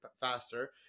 faster